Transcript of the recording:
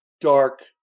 dark